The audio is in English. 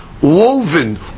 woven